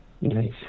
nice